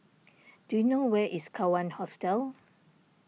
do you know where is Kawan Hostel